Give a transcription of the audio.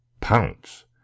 Pounce